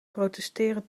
protesteren